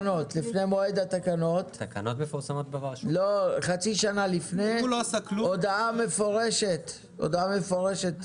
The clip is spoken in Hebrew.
מועד התקנות, חצי שנה לפני הודעה מפורשת.